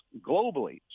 globally